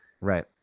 right